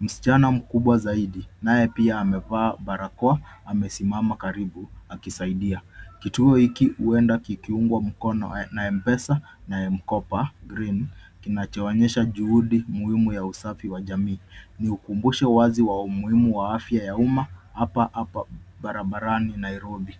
Msichana mkubwa zaidi, naye pia amevaa barakoa, amesimama karibu akisaidia. Kituo hiki huenda kikiungwa mkono na M-Pesa na M-Kopa Green, kinachoonyesha juhudi muhimi ya usafi wa jamii. Ni ukumbusho wazi wa umuhimu wa afya ya umma, hapa hapa barabarani Nairobi.